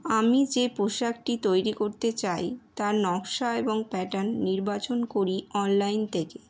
আমি যে পোশাকটি তৈরি করতে চাই তার নকশা এবং প্যাটার্ন নির্বাচন করি অনলাইন থেকে